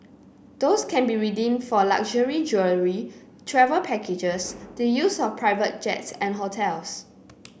those can be redeemed for luxury jewellery travel packages the use of private jets and hotels